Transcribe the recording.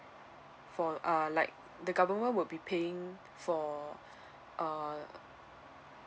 for uh like the government will be paying for err